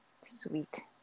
Sweet